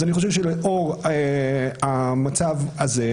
אני חושב שלאור המצב הזה,